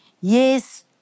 yes